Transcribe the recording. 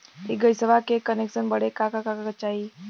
इ गइसवा के कनेक्सन बड़े का का कागज चाही?